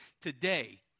today